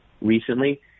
recently